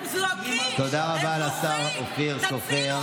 תודה רבה לשר אופיר סופר.